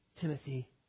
Timothy